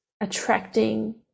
attracting